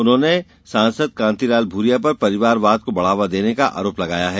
उन्होने सासंद कांतिलाल भूरिया पर परिवारवाद को बढावा देने का आरोप लगाया है